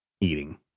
eating